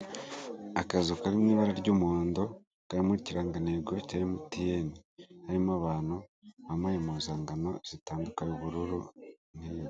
Akazu kari mu ibara ry'umuhondo karimo ikirangantego cya MTN, harimo abantu bambaye impuzangano zitandukanye ubururu n'ibindi.